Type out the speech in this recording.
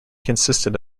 consisted